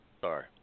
Sorry